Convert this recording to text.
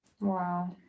Wow